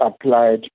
Applied